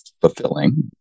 fulfilling